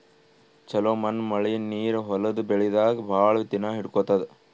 ಛಲೋ ಮಣ್ಣ್ ಮಳಿ ನೀರ್ ಹೊಲದ್ ಬೆಳಿದಾಗ್ ಭಾಳ್ ದಿನಾ ಹಿಡ್ಕೋತದ್